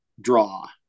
draw